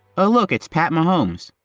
oh, look it's pat mahomes!